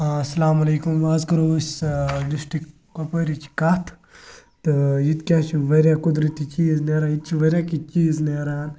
اَسَلامُ علیکُم آز کَرو أسۍ ڈِسٹرک کۄپوٲریچ کَتھ تہٕ ییٚتہِ کیٛاہ چھِ واریاہ قُدرٔتی چیٖز نیران ییٚتہِ چھِ واریاہ کینٛہہ چیٖز نیران